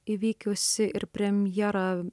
įvykusi ir premjera